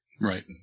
Right